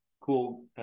cool